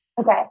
Okay